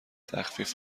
تخفیف